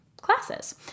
classes